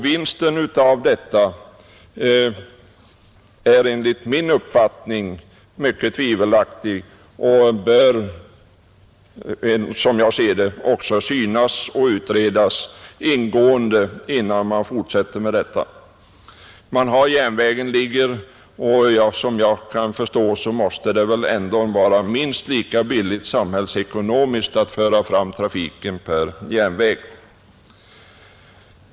Vinsten med detta är enligt min uppfattning mycket tvivelaktig och bör utredas ingående innan man fortsätter med en sådan överföring. Man har järnvägen liggande, och såvitt jag kan förstå måste det ändå vara minst lika billigt samhällsekonomiskt att föra fram transporten per järnväg.